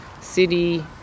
city